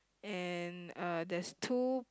and uh there's two